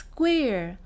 Square，